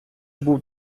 був